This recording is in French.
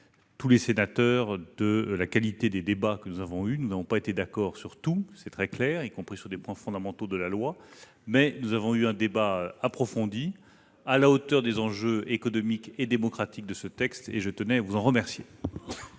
tous les sénateurs de la qualité des débats que nous avons menés. Nous n'avons pas été d'accord sur tout, c'est très clair, y compris s'agissant de points fondamentaux de ce projet de loi. Néanmoins, nous avons eu un débat approfondi, à la hauteur des enjeux économiques et démocratiques de ce texte, et je tenais, une fois encore,